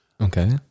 okay